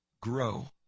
Grow